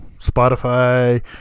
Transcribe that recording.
Spotify